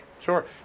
Sure